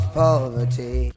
poverty